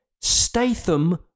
Statham